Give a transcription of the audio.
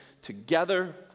Together